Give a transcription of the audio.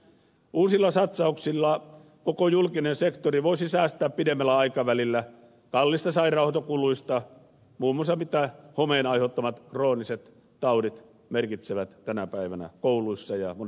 uusilla satsauksilla koko julkinen sektori voisi säästää pidemmällä aikavälillä kalliista sairaanhoitokuluista muun muassa mitä homeen aiheuttamat krooniset taudit merkitsevät tänä päivänä kouluissa ja monissa laitoksissa